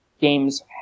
games